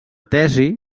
tesi